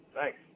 Thanks